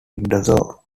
windsor